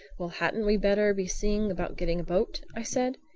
well, hadn't we better be seeing about getting a boat? i said.